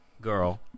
Girl